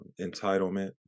entitlement